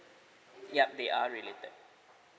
yup they are related